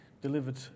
delivered